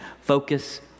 focus